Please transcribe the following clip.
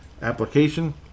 application